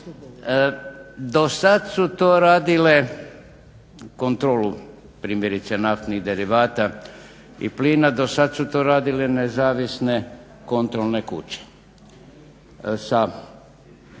Do sada su to radile, kontrolu primjerice naftnih derivata i plina, do sada su to radile nezavisne kontrolne kuće